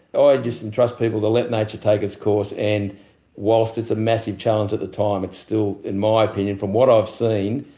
ah i just entrust people to let nature take its course and whilst it's a massive challenge at the time it's still in my opinion, from what i've seen,